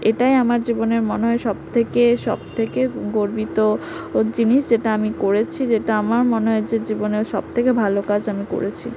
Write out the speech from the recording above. এটাই আমার জীবনের মনে হয় সবথেকে সবথেকে গর্বিত ও জিনিস যেটা আমি করেছি যেটা আমার মনে হয়েছে জীবনের সবথেকে ভালো কাজ আমি করেছি